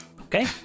Okay